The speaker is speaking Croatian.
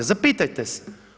Zapitajte se.